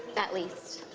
at least.